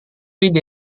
ide